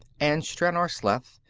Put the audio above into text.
and stranor sleth,